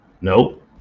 Nope